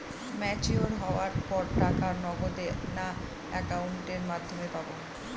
Mature হওয়ার পর টাকা নগদে না অ্যাকাউন্টের মাধ্যমে পাবো?